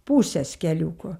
puses keliuko